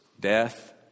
death